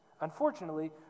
Unfortunately